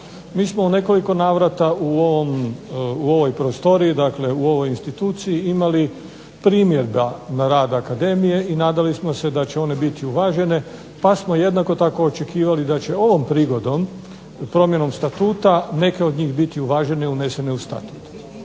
Mi smo u nekoliko navrata u ovoj instituciji imali primjedba na rad akademije i nadali smo se da će one biti uvažene, pa smo jednako tako očekivali da će ovom prigodom promjenom statuta neke od njih biti uvažene i unesene u Statut.